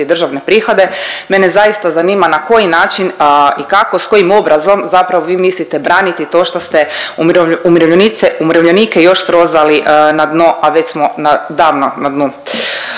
državne prihode, mene zaista zanima na koji način i kako s kojim obrazom zapravo vi mislite braniti to što ste umirovljenike još srozali na dno, a već smo davno na dnu.